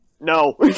No